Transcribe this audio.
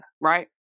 right